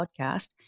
podcast